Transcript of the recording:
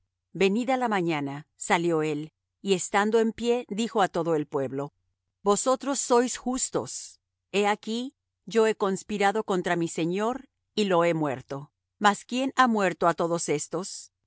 mañana venida la mañana salió él y estando en pie dijo á todo el pueblo vosotros sois justos he aquí yo he conspirado contra mi señor y lo he muerto mas quién ha muerto á todos estos